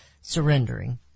surrendering